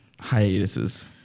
hiatuses